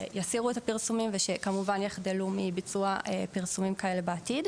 שיסירו את כל הפרסומים ושכמובן יחדלו מביצוע פרסומים כאלה בעתיד.